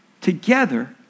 Together